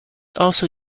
also